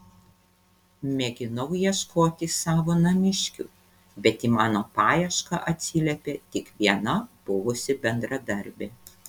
mėginau ieškoti savo namiškių bet į mano paiešką atsiliepė tik viena buvusi bendradarbė